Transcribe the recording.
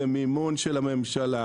זה מימון של הממשלה,